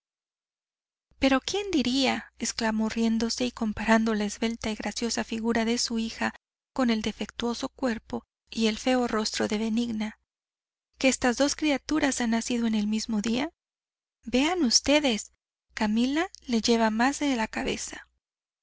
pero quién diría exclamó riéndose y comparando la esbelta y graciosa figura de su hija con el defectuoso cuerpo y el feo rostro de benigna que estas dos criaturas han nacido en el mismo día vean ustedes camila le lleva más de la cabeza